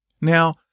Now